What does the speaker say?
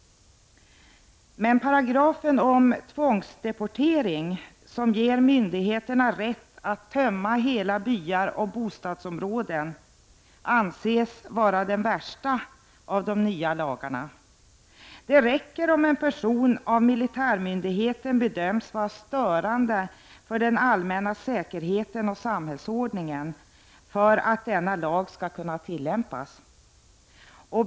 Men paragrafen om tvångsdeportering, som ger myndigheterna rätt att tömma hela byar och bost::dsområden, anses vara den värsta av de nya lagarna. De räcker om en person av militärmyndigheten bedöms vara störande för den allmänna säkerheten och samhällsordningen för att denna lag skall kunna tillämpas.